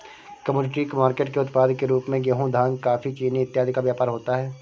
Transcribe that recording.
commodity market के उत्पाद के रूप में गेहूं धान कॉफी चीनी इत्यादि का व्यापार होता है